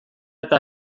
eta